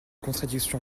contradiction